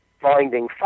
finding